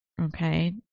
Okay